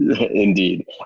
Indeed